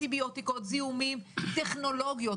אנטיביוטיקות, זיהומים, טכנולוגיות.